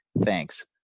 Thanks